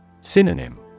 Synonym